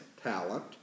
talent